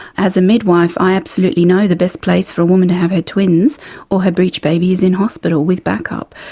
as a midwife i absolutely know the best place for a woman to have her twins or her breech baby is in hospital with backup,